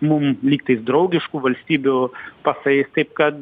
mum lygtais draugiškų valstybių pasais taip kad